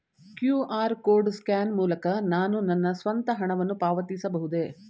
QR code scan ಮೂಲಕ ನಾನು ನನ್ನ ಸ್ವಂತ ಹಣವನ್ನು ಪಾವತಿಸಬಹುದೇ?